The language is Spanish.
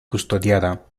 custodiada